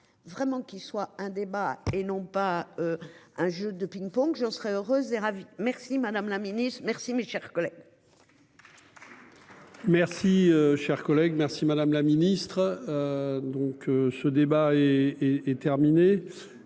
vraiment qu'il soit un débat et non pas. Un jeu de ping-pong, je serais heureux et ravi. Merci Madame la Ministre merci mes chers collègues.